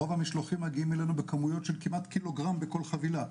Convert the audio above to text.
רוב המשלוחים מגיעם אלינו בכמויות של כמעט קילוגרם בכל חבילה,